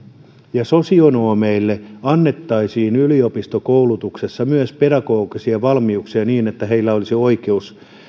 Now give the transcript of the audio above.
ja sosionomeille annettaisiin yliopistokoulutuksessa myös pedagogisia valmiuksia niin että heillä olisi oikeus